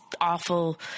awful